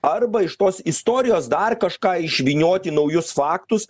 arba iš tos istorijos dar kažką išvynioti naujus faktus